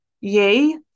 yay